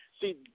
See